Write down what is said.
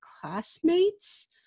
classmates